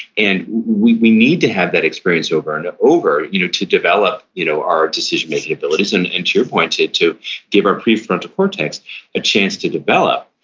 and we we need to have that experience over and over you know to develop you know our decision-making abilities, and and to your point, to to give our prefrontal cortex a chance to develop,